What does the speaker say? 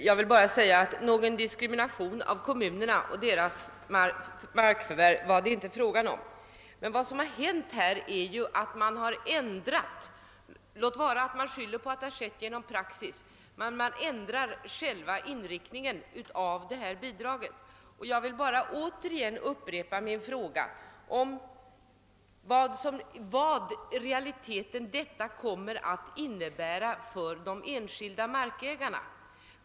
Herr talman! Någon diskriminering av kommunerna och deras markförvärv var det inte fråga om. Vad som har hänt är att man har ändrat — låt vara att man skyller på att detta till en början har skett genom praxis — själva inriktningen av bidraget. Jag vill återigen ställa frågan: Vad kommer i realiteten detta att innebära för de enskilda markägarna?